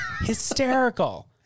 hysterical